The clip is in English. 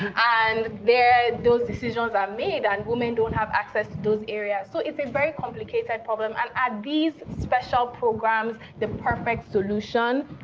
and there, those decisions are made. and women don't have access to those areas. so it's a very complicated problem. and are these special programs the perfect solution?